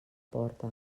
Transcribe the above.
porta